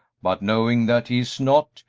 but knowing that he is not,